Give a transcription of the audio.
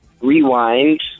Rewind